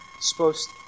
supposed